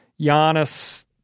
Giannis